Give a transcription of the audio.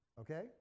Okay